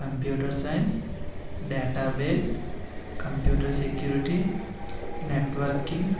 computer science database computer security networking